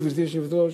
גברתי היושבת-ראש,